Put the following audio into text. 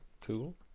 cool